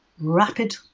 rapid